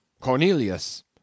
Cornelius